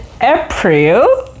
April